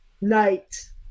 Night